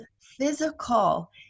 physical